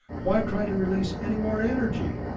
why try to release any more energy?